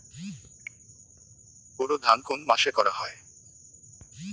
বোরো ধান কোন মাসে করা হয়?